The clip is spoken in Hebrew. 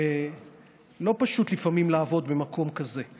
לא פשוט לפעמים לעבוד במקום כזה.